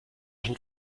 schon